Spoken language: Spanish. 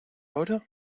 hora